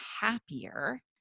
happier